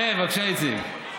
כן, בבקשה, איציק.